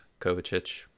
Kovacic